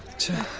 to